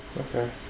Okay